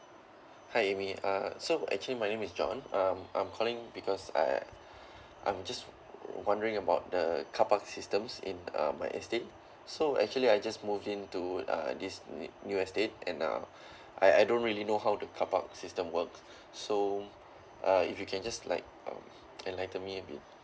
hi A M Y uh so actually my name is J O H N um I'm calling because I I'm just wondering about the carpark systems in uh my estate so actually I just moved in to uh this new new estate and uh I I don't really know how the carpark system work so uh if you can just like um enlighten me a bit